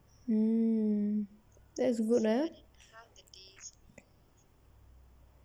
mm that's good ah